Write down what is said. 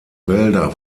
wälder